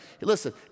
Listen